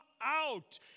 out